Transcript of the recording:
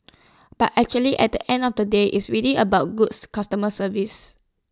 but actually at the end of the day it's really about goods customer service